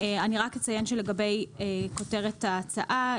אני רק אציין שלגבי כותרת ההצעה,